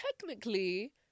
technically